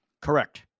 Correct